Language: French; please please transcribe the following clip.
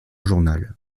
journal